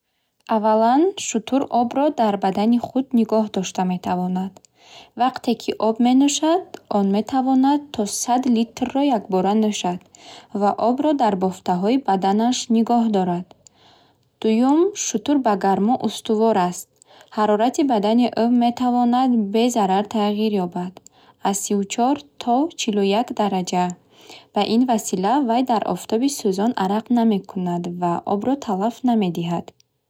Аввалан, шутур обро дар бадани худ нигоҳ дошта метавонад. Вақте ки об менӯшад, он метавонад то сад литрро якбора нӯшад ва обро дар бофтаҳои баданаш нигоҳ дорад. Дуюм, шутур ба гармо устувор аст. Ҳарорати бадани ӯ метавонад бе зарар тағйир ёбад, аз сиву чор то чилу як дараҷа. Ба ин васила, вай дар офтоби сӯзон арақ намекунад ва обро талаф намедиҳад.